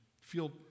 feel